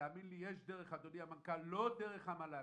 והאמן לי, יש דרך, אדוני המנכ"ל, לא דרך המל"ג,